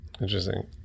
Interesting